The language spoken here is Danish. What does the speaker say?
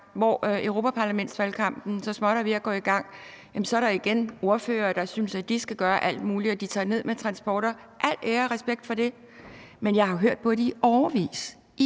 hvor europaparlamentsvalgkampen så småt er ved at gå i gang, er der igen ordførere, der synes, at de skal gøre alt muligt, og de tager derned med transporter. Al ære og respekt for det, men jeg har jo hørt på det i årevis